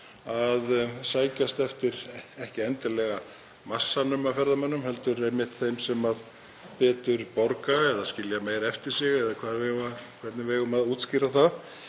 að sækjast ekki endilega eftir massanum af ferðamönnum heldur einmitt þeim sem betur borga eða skilja meira eftir sig eða hvernig sem við eigum að útskýra það.